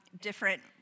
different